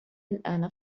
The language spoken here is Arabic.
الآن